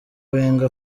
wenger